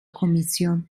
kommission